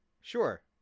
sure